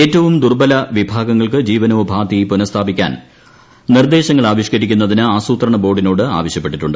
ഏറ്റവും ദുർബ്ബല വിഭാഗങ്ങൾക്ക് ജീവനോപാധി പുനസ്ഥാപിക്കാൻ നിർദ്ദേശങ്ങൾ ആവിഷ്കരിക്കുന്നതിന് ആസൂത്രണ ബോർഡിനോട് ആവശ്യപ്പെട്ടിട്ടുണ്ട്